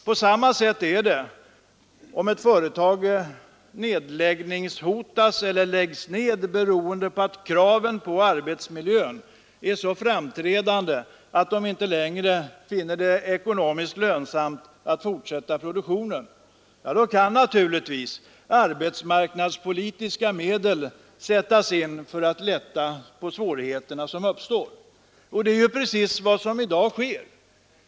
På samma sätt är det om ett företag nedläggningshotas eller läggs ned därför att kraven på bättre arbetsmiljö är så framträdande att man inte längre finner det ekonomiskt lönsamt att fortsätta produktionen. Då kan naturligtvis arbetsmarknadspolitiska medel för att lätta på de svårigheter som uppstår sättas in.